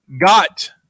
got